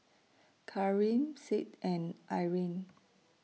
Karim Sid and Irine